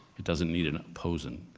it doesn't need an opposing.